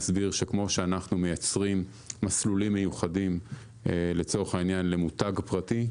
נסביר שכמו שאנחנו מייצרים מסלולים מיוחדים לצורך העניין למותג פרטי,